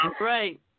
Right